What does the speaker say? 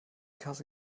kasse